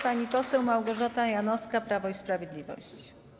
Pani poseł Małgorzata Janowska, Prawo i Sprawiedliwość.